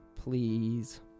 please